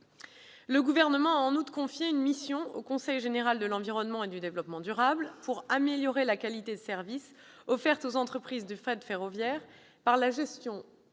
Le Gouvernement a en outre confié une mission au Conseil général de l'environnement et du développement durable, ou CGEDD, pour améliorer la qualité de service offerte aux entreprises de fret ferroviaire par le gestionnaire